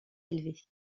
élevées